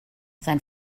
sein